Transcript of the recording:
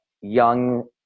young